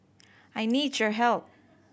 I need your help